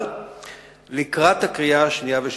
אבל לקראת הקריאה השנייה והשלישית,